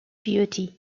beauty